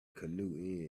canoe